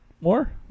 More